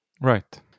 Right